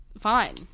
fine